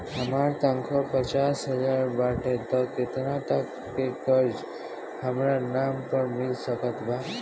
हमार तनख़ाह पच्चिस हज़ार बाटे त केतना तक के कर्जा हमरा नाम पर मिल सकत बा?